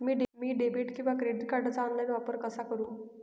मी debit किंवा credit कार्डचा online वापर कसा करु?